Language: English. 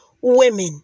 women